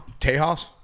Tejas